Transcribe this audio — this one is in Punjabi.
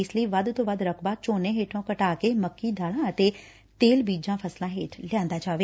ਇਸ ਲਈ ਵੱਧ ਤੋਂ ਵੱਧ ਰਕਬਾ ਝੋਨੇ ਹੇਠੋਂ ਘਟਾ ਕੇ ਮੱਕੀ ਦਾਲਾਂ ਅਤੇ ਤੇਲ ਬੀਜ ਫਸਲਾਂ ਹੇਠ ਲਿਆਂਦਾ ਜਾਵੇ